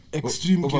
extreme